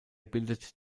bildet